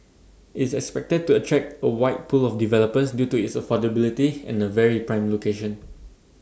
IT is expected to attract A wide pool of developers due to its affordability and A very prime location